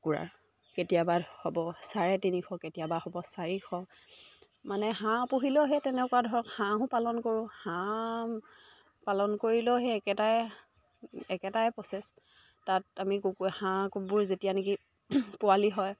কুকুৰাৰ কেতিয়াবা হ'ব চাৰে তিনিশ কেতিয়াবা হ'ব চাৰিশ মানে হাঁহ পুহিলেও সেই তেনেকুৱা ধৰক হাঁহো পালন কৰোঁ হাঁহ পালন কৰিলেও সেই একেটাই একেটাই প্ৰচেছ তাত আমি কুকুৰা হাঁহবোৰ যেতিয়া নেকি পোৱালি হয়